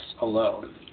alone